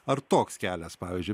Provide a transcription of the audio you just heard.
ar toks kelias pavyzdžiui